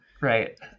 Right